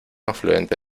afluente